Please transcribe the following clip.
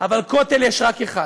אבל כותל יש רק אחד.